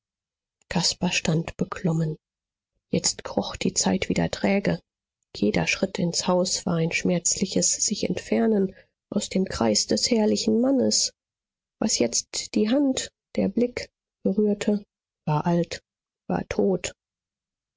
caspar stand beklommen jetzt kroch die zeit wieder träge jeder schritt ins haus war ein schmerzliches sichentfernen aus dem kreis des herrlichen mannes was jetzt die hand der blick berührte war alt war tot